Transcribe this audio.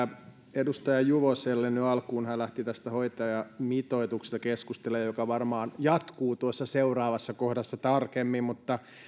edustaja juvoselle nyt alkuun hän lähti keskustelemaan tästä hoitajamitoituksesta se keskustelu varmaan jatkuu tuossa seuraavassa kohdassa tarkemmin